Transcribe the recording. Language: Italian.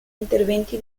interventi